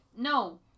No